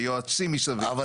ועם יועצים מסביב --- אבל,